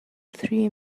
three